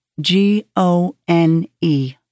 G-O-N-E